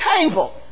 table